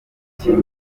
kimwe